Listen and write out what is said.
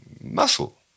muscle